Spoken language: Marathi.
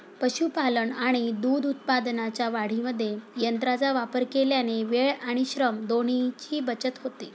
पशुपालन आणि दूध उत्पादनाच्या वाढीमध्ये यंत्रांचा वापर केल्याने वेळ आणि श्रम दोन्हीची बचत होते